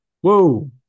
Whoa